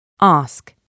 Ask